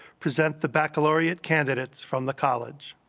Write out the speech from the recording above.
present the baccalaureate candidates from the college?